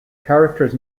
characters